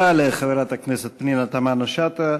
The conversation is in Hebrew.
אני מחזקת את ידם,